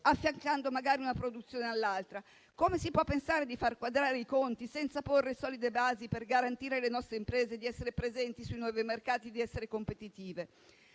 affiancando magari una produzione all'altra. Come si può pensare di far quadrare i conti senza porre solide basi per garantire alle nostre imprese di essere presenti sui nuovi mercati e di essere competitive?